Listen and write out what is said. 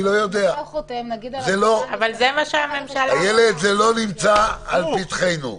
איילת, זה לא נמצא בפתחנו.